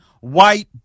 white